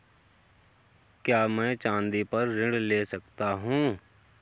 क्या मैं चाँदी पर ऋण ले सकता हूँ?